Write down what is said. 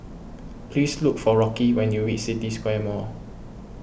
please look for Rocky when you reach City Square Mall